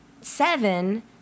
Seven